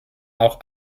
auch